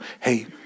Hey